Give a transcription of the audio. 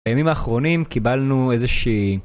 בימים האחרונים קיבלנו איזושהי...